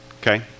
okay